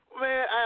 Man